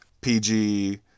PG